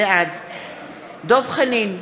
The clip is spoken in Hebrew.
בעד דב חנין,